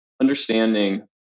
understanding